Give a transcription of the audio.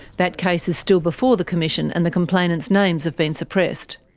that case is still before the commission, and the complainants' names have been suppressed.